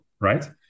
right